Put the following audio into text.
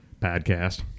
podcast